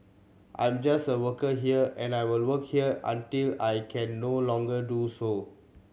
I'm just a worker here and I will work here until I can no longer do so